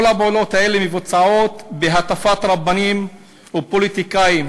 כל הפעולות האלה מבוצעות בהטפת רבנים ופוליטיקאים.